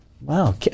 wow